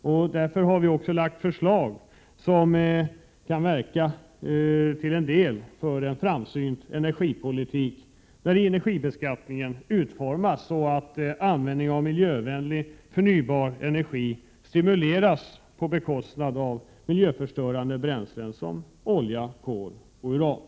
Vi har därför lagt fram ett förslag som till en del kan verka för en framsynt energipolitik, där energibeskattningen utformas så att användningen av miljövänlig, förnybar energi stimuleras på bekostnad av miljöförstörande bränsle som olja, kol och uran.